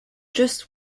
just